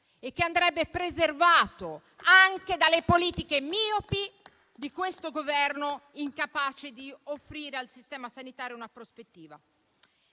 e che andrebbe preservato anche dalle politiche miopi di questo Governo stesso, incapace di offrire al sistema sanitario una prospettiva.